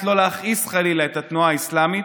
שלא להכעיס חלילה את התנועה האסלאמית,